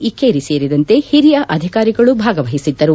ಇಕ್ಷೇರಿ ಸೇರಿದಂತೆ ಹಿರಿಯ ಅಧಿಕಾರಿಗಳು ಭಾಗವಹಿಸಿದ್ದರು